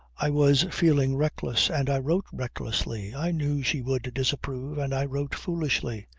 i was feeling reckless and i wrote recklessly. i knew she would disapprove and i wrote foolishly.